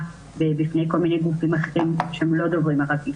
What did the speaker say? בפני כל מיני גופים אחרים שהם לא דוברים ערבית.